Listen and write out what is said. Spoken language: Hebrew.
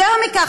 יותר מכך,